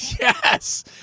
Yes